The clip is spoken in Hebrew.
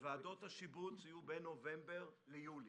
ועדות השיבוץ יהיו בין נובמבר ליולי.